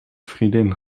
vriendin